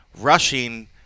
rushing